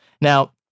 Now